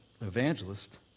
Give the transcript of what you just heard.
evangelist